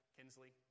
Kinsley